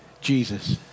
Jesus